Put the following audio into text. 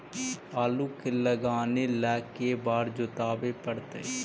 आलू के लगाने ल के बारे जोताबे पड़तै?